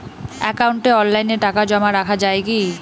একাউন্টে অনলাইনে টাকা জমা রাখা য়ায় কি?